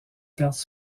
pertes